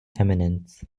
eminence